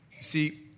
see